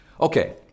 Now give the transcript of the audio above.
Okay